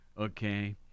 Okay